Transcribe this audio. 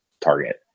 target